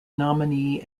nominee